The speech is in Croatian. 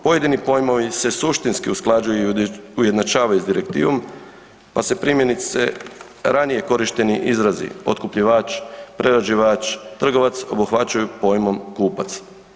Pojedini pojmovi se suštinski usklađuju i ujednačavaju s direktivom pa se primjerice ranije korišteni izrazi otkupljivač, prerađivač, trgovac obuhvaćaju pojmom kupac.